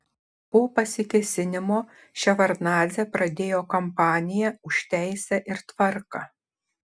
po pasikėsinimo ševardnadzė pradėjo kampaniją už teisę ir tvarką